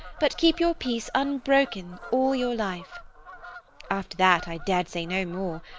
but keep your peace unbroken all your life after that i dared say no more.